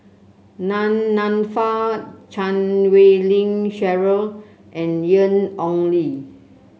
Nan Nanfa Chan Wei Ling Cheryl and Ian Ong Li